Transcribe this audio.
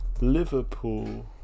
Liverpool